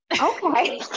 Okay